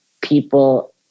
people